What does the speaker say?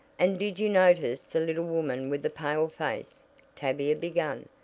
and did you notice the little woman with the pale face tavia began,